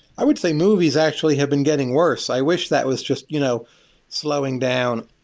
i would say movies actually have been getting worse. i wish that was just you know slowing down.